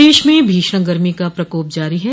प्रदेश में भीषण गर्मी का प्रकोप जारी है